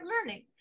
learning